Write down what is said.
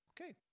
Okay